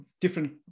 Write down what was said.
different